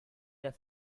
der